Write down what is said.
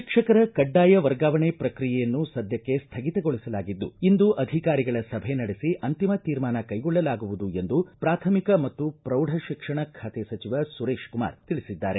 ಶಿಕ್ಷಕರ ಕಡ್ಡಾಯ ವರ್ಗಾವಣೆ ಪ್ರಕ್ರಿಯೆಯನ್ನು ಸದ್ಯಕ್ಕೆ ಸ್ಥಗಿತಗೊಳಿಸಲಾಗಿದ್ದು ಇಂದು ಅಧಿಕಾರಿಗಳ ಸಭೆ ನಡೆಸಿ ಅಂತಿಮ ತೀರ್ಮಾನ ಕೈಗೊಳ್ಳಲಾಗುವುದು ಎಂದು ಪ್ರಾಥಮಿಕ ಮತ್ತು ಪ್ರೌಢ ಶಿಕ್ಷಣ ಖಾತೆ ಸಚಿವ ಸುರೇಶ್ ಕುಮಾರ್ ತಿಳಿಸಿದ್ದಾರೆ